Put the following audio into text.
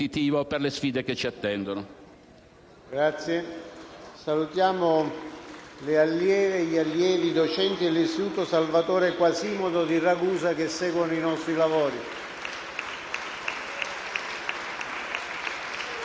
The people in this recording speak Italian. le allieve, gli allievi e i docenti dell'Istituto «Salvatore Quasimodo» di Ragusa, che seguono i nostri lavori.